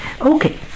okay